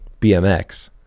BMX